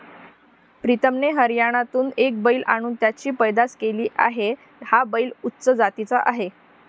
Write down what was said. प्रीतमने हरियाणातून एक बैल आणून त्याची पैदास केली आहे, हा बैल उच्च जातीचा आहे